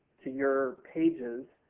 to your pages,